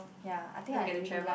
ya I think I really like